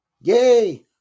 Yay